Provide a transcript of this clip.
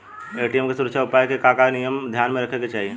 ATM के सुरक्षा उपाय के का का नियम ध्यान में रखे के चाहीं?